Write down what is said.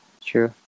true